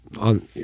on